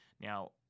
Now